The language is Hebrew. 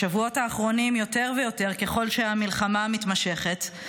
בשבועות האחרונים, ככל שהמלחמה מתמשכת,